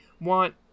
want